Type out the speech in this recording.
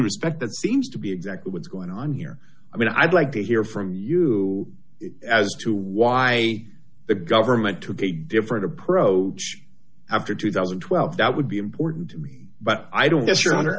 respect that seems to be exactly what's going on here i mean i'd like to hear from you as to why the government took a different approach after two thousand and twelve that would be important to me but i don't get you